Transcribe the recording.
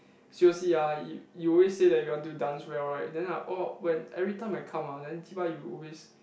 seriously ah you you always say that you want to dance well right then I orh when everytime I come ah then cheebai you always